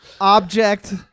Object